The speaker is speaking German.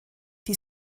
die